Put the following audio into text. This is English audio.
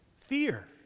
Fear